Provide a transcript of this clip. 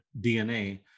DNA